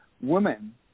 Women